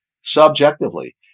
subjectively